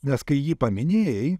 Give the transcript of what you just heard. nes kai jį paminėjai